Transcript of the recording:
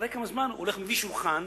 ואחרי כמה זמן, הולך ומביא שולחן,